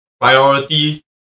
priority